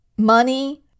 Money